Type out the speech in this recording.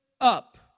up